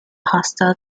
hostile